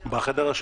בוקר טוב לכולם,